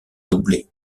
doublés